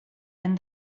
and